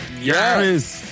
yes